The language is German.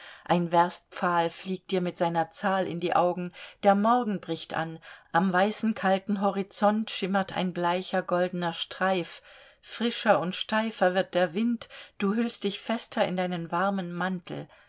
ein werstpfahl fliegt dir mit seiner zahl in die augen der morgen bricht an am weißen kalten horizont schimmert ein bleicher goldener streif frischer und steifer wird der wind du hüllst dich fester in deinen warmen mantel